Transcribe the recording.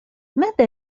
ماذا